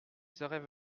serait